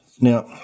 now